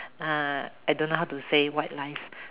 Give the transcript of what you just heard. uh I don't know how to say white lies